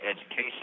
education